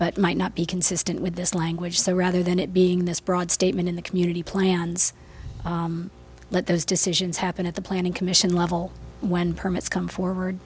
but might not be consistent with this language so rather than it being this broad statement in the community plans but those decisions happen at the planning commission level when permits come forward